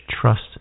trust